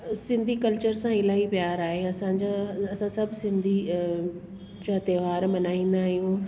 Sindhi culture सां इलाही प्यार आहे असांजा असां सभु सिंधी अ जा त्योहार मल्हाईंदा आहियूं